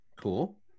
cool